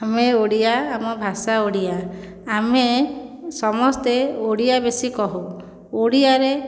ଆମେ ଓଡ଼ିଆ ଆମ ଭାଷା ଓଡ଼ିଆ ଆମେ ସମସ୍ତେ ଓଡ଼ିଆ ବେଶୀ କହୁ ଓଡ଼ିଆରେ